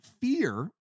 fear